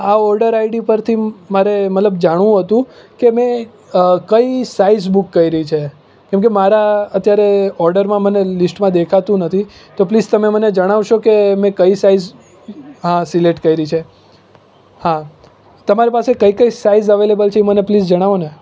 આ order ID પરથી મારે મતલબ જાણવું હતું કે અમે કઈ સાઇઝ બુક કરી છે કેમ કે મારા અત્યારે ઓર્ડરમાં મને લિસ્ટમાં દેખાતું નથી તો પ્લીઝ તમે મને જણાવશો કે મેં કઈ સાઇઝ આ સિલેક્ટ કરી છે હા તમારી પાસે કઈ કઈ સાઇઝ અવેલેબલ છે એ મને પ્લીઝ જણાવોને